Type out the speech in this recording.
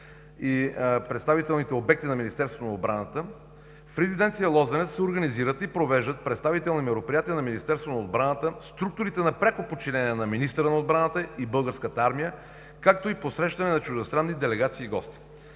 и представителните обекти на Министерството на отбраната в резиденция „Лозенец“ се организират и провеждат представителни мероприятия на Министерството на отбраната, структурите на пряко подчинение на министъра на отбраната и Българската армия, както и посрещане на чуждестранни делегации и гости.